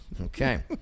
Okay